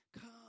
come